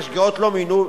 השגיאות שלא מוינו,